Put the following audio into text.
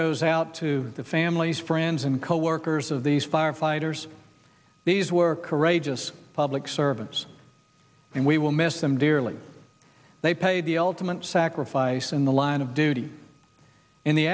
goes out to the families friends and coworkers of these firefighters these were courageous public servants and we will miss them dearly they paid the ultimate sacrifice in the line of duty in the